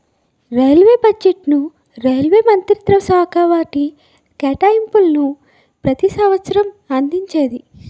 railway బడ్జెట్ను railway మంత్రిత్వశాఖ వాటి కేటాయింపులను ప్రతి సంవసరం అందించేది